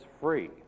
free